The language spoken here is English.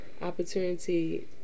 Opportunity